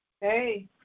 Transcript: Hey